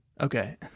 Okay